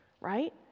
Right